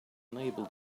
unable